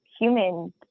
human